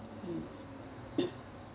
mm